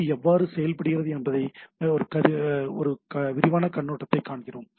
B எவ்வாறு செயல்படுகிறது என்பதைப் பற்றிய விரிவான கண்ணோட்டத்தைக் காண்கிறோம்